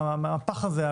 הפח הזה,